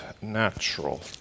natural